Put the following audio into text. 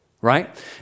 Right